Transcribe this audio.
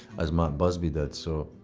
as matt busby did, so.